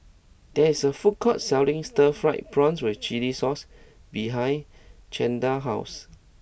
there is a food court selling Stir Fried Prawn with Chili Sauce behind Chantal's house